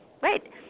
Right